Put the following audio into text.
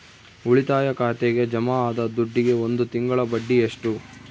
ಉಳಿತಾಯ ಖಾತೆಗೆ ಜಮಾ ಆದ ದುಡ್ಡಿಗೆ ಒಂದು ತಿಂಗಳ ಬಡ್ಡಿ ಎಷ್ಟು?